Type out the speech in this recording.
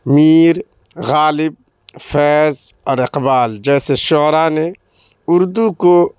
میر غالب فیض اور اقبال جیسے شعرا نے اردو کو